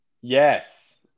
Yes